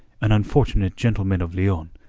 an unfortunate gentleman of leon,